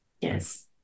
yes